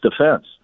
defense